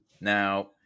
Now